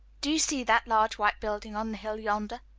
do you see that large white building on the hill yonder?